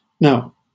Now